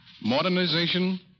modernization